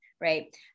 right